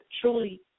truly